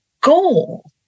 goal